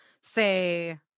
say